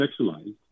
sexualized